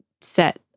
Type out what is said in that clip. set